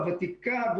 הוותיקה,